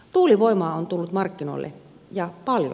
tuulivoimaa on tullut markkinoille ja paljon